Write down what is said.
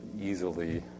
easily